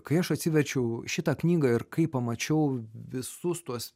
kai aš atsiverčiau šitą knygą ir kai pamačiau visus tuos